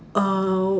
uh